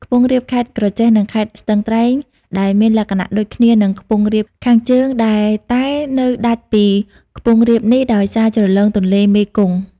ខ្ពង់រាបខេត្តក្រចេះ និង ខេត្តស្ទឹងត្រែងដែលមានលក្ខណៈដូចគ្នានឹង ខ្ពង់រាបខាងជើងដែរ តែនៅដាច់ពីខ្ពង់រាបនេះដោយសារជ្រលងទន្លេមេគង្គ ។